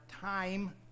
time